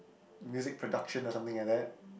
music production or something like that